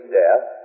death